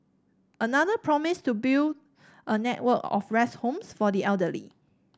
another promised to build a network of rest homes for the elderly